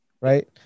Right